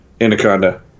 Anaconda